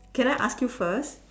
can I ask you first